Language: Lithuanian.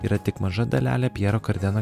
yra tik maža dalelė pjero kardeno